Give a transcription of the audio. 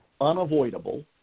unavoidable